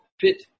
fit